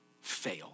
fail